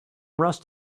rust